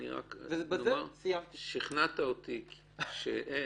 אני רק רוצה לומר ששכנעת אותי -- סיימתי.